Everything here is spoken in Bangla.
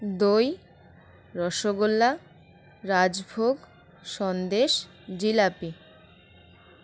দই রসগোল্লা রাজভোগ সন্দেশ জিলাপি